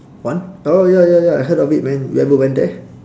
wan oh ya ya ya I heard of it man you ever went there